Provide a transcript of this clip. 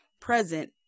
present